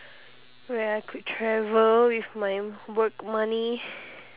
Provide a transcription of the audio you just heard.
where I could travel with my work money